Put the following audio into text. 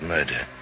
Murder